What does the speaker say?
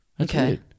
Okay